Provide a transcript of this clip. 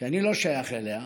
שאני לא שייך אליה,